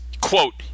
quote